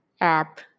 app